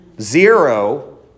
zero